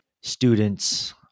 students